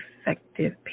effective